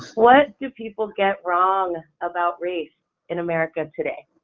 what do people get wrong about race in america today?